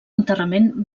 enterrament